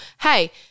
Hey